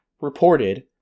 reported